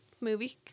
movie